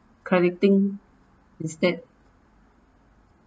crediting instead